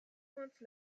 pointe